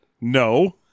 No